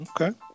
Okay